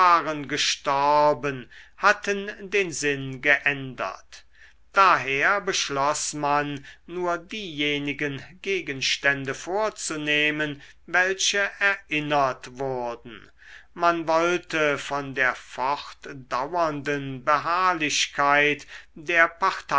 gestorben hatten den sinn geändert daher beschloß man nur diejenigen gegenstände vorzunehmen welche erinnert wurden man wollte von der fortdauernden beharrlichkeit der